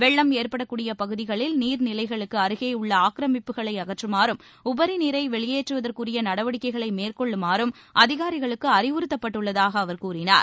வெள்ளம் ஏற்படக்கூடிய பகுதிகளில் நீர்நிலைகளுக்கு அருகேயுள்ள ஆக்கிரமிப்புகளை அகற்றமாறும் வெளியேற்றுவதற்குரிய நடவடிக்கைகளை மேற்கொளுமாறும் அதிகாரிகளுக்கு உபரிநீரை அறிவுறுத்தப்பட்டுள்ளதாக அவர் கூறினார்